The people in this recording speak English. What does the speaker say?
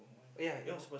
eh ya you know